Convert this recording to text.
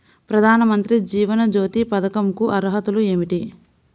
ప్రధాన మంత్రి జీవన జ్యోతి పథకంకు అర్హతలు ఏమిటి?